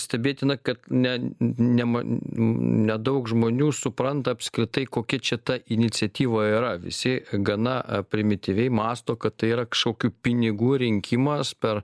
stebėtina kad ne nema nedaug žmonių supranta apskritai kokia čia ta iniciatyva yra visi gana primityviai mąsto kad tai yra kažkokių pinigų rinkimas per